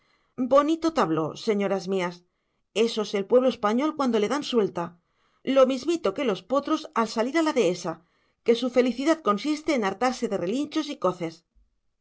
bonito tableau señoras mías eso es el pueblo español cuando le dan suelta lo mismito que los potros al salir a la dehesa que su felicidad consiste en hartarse de relinchos y coces